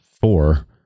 four